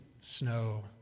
snow